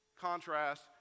contrast